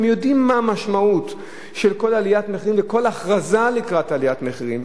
הם יודעים מה המשמעות של כל עליית מחירים וכל הכרזה לקראת עליית מחירים.